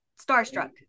starstruck